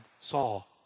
Saul